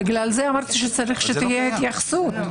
בגלל זה אמרתי שצריך שתהיה התייחסות לזה.